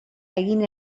egin